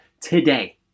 today